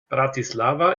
bratislava